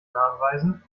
nachweisen